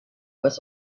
was